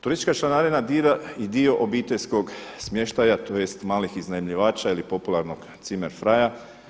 Turistička članarina dira i dio obiteljskog smještaja tj. malih iznajmljivača ili popularnog Zimmer frei.